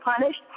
punished